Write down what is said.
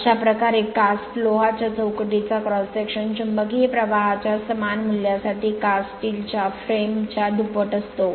अशा प्रकारे कास्ट लोहाच्या चौकटीचा क्रॉस सेक्शन चुंबकीय प्रवाहच्या समान मूल्यासाठी कास्ट स्टील च्या फ्रेम च्या दुप्पट असतो